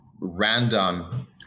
random